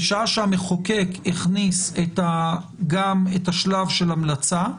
בשעה שהמחוקק הכניס את גם את השלב של המלצה,